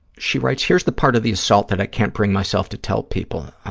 she writes, here's the part of the assault that i can't bring myself to tell people.